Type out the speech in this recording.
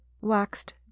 waxed